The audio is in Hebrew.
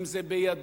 אם זה בידיו,